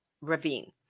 ravine